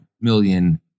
million